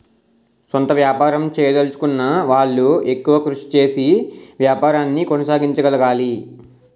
సొంత వ్యాపారం చేయదలచుకున్న వాళ్లు ఎక్కువ కృషి చేసి వ్యాపారాన్ని కొనసాగించగలగాలి